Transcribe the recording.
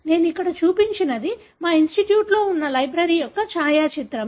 నేను ఇక్కడ చూపించినది మా ఇనిస్టిట్యూట్లో ఉన్న లైబ్రరీ యొక్క ఛాయాచిత్రం